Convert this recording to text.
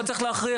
למה צריך להכריח?